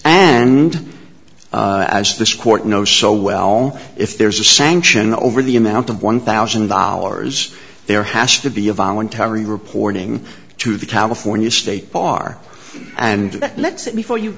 and as this court knows so well if there's a sanction over the amount of one thousand dollars there has to be a voluntary reporting to the california state bar and let's before you